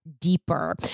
deeper